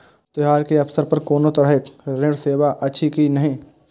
त्योहार के अवसर पर कोनो तरहक ऋण सेवा अछि कि नहिं?